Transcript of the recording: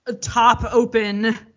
top-open